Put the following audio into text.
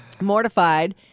Mortified